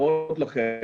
לכם,